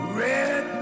red